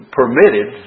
permitted